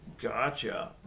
Gotcha